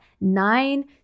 nine